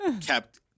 kept